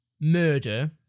murder